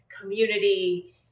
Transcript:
community